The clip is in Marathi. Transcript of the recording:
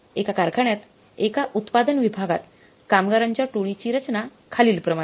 एका कारखान्यात एका उत्पादन विभागात कामगारांच्या टोळीची रचना खालीलप्रमाणे